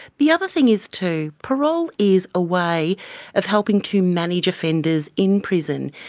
the other thing is too, parole is a way of helping to manage offenders in prison.